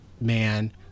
man